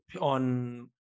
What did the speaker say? on